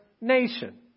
nation